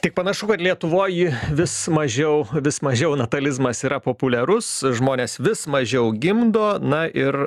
tik panašu kad lietuvoj ji vis mažiau vis mažiau natalizmas yra populiarus žmonės vis mažiau gimdo na ir